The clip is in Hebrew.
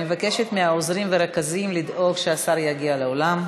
אני מבקשת מהעוזרים והרכזים לדאוג שהשר יגיע לאולם.